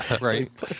right